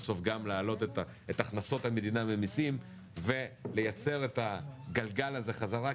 ובסוף גם להעלות את הכנסות המדינה ממסים ולייצר את הגלגל הזה חזרה,